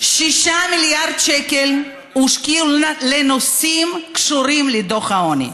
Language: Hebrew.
6 מיליארד שקל הושקעו בנושאים שקשורים לדוח העוני.